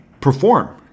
perform